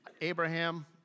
Abraham